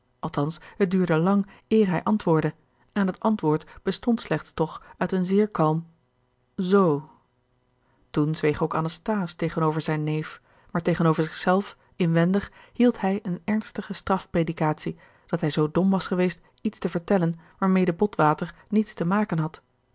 althans het duurde lang eer hij antwoordde en dat antwoord bestond slechts toch uit een zeer kalm zoo toen zweeg ook anasthase tegenover zijn neef maar tegenover zich zelf inwendig hield hij eene ernstige straf predikatie dat hij zoo dom was geweest iets te vertellen waarmede botwater niets te maken had